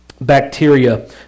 Bacteria